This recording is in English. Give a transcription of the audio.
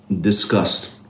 discussed